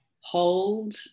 hold